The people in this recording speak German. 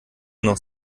noch